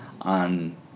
on